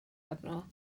arno